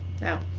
no